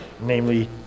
namely